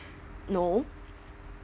no